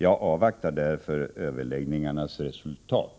Jag avvaktar därför överläggningarnas resultat.